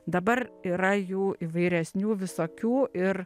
dabar yra jų įvairesnių visokių ir